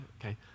okay